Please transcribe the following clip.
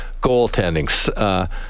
goaltending